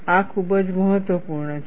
આ ખૂબ જ મહત્વપૂર્ણ છે